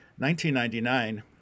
1999